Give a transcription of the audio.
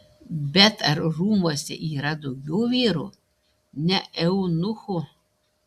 bet ar rūmuose yra daugiau vyrų ne eunuchų